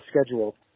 schedule